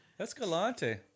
Escalante